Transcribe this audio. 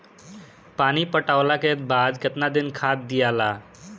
पानी पटवला के बाद केतना दिन खाद दियाला?